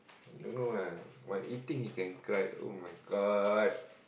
don't know lah while eating he can cry oh-my-God